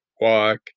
walk